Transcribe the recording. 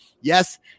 yes